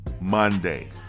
Monday